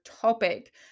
topic